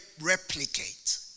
replicate